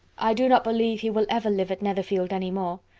i do not believe he will ever live at netherfield any more.